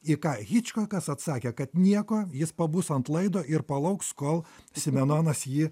į ką hičkokas atsakė kad nieko jis pabus ant laido ir palauks kol simenonas jį